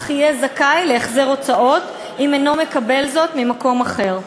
אך יהיה זכאי להחזר הוצאות אם אינו מקבל זאת ממקום אחר.